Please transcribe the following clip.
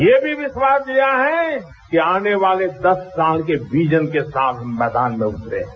ये भी विश्वास दिया है कि आने वाले दस साल के विजन के साथ मैदान में उतरे हैं